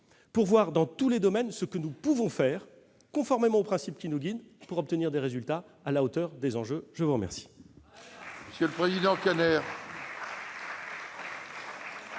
pour voir dans tous les domaines ce que nous pouvons faire, conformément aux principes qui nous guident, pour obtenir des résultats à la hauteur des enjeux. La parole